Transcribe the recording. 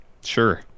Sure